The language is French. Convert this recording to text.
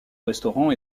restaurants